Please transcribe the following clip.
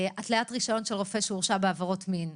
התליית רישיון של רופא שהורשע בעבירות מין,